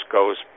goes